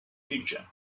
future